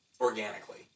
organically